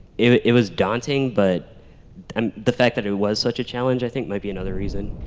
it was daunting, but um the fact that it was such a challenge i think might be another reason.